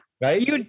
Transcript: Right